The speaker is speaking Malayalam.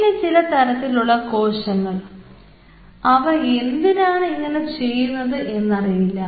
ഇനി ചില തരത്തിലുള്ള കോശങ്ങൾ അവ എന്തിനാണ് ഇങ്ങനെ ചെയ്യുന്നത് എന്ന് അറിയില്ല